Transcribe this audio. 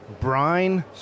brine